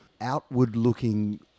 outward-looking